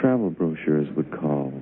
travel brochures would call